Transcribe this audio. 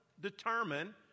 determine